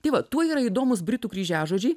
tai va tuo yra įdomūs britų kryžiažodžiai